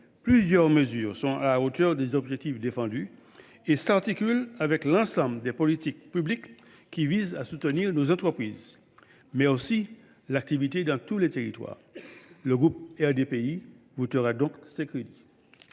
plusieurs mesures sont à la hauteur des objectifs défendus et s’articulent avec l’ensemble des politiques publiques visant à soutenir nos entreprises, mais aussi l’activité dans tous les territoires. Le groupe RDPI votera donc ces crédits.